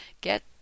Get